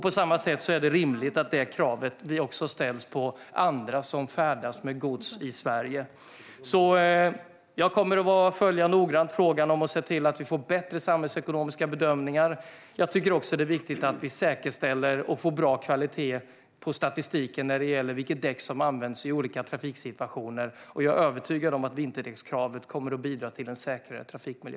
På samma sätt är det rimligt att det kravet ställs på andra som färdas med gods i Sverige. Jag kommer att noga följa frågan för att se till att det blir bättre samhällsekonomiska bedömningar. Jag tycker också att det är viktigt att säkerställa och få bra kvalitet på statistiken när det gäller vilket däck som används i olika trafiksituationer, och jag är övertygad om att vinterdäckskravet kommer att bidra till en säkrare trafikmiljö.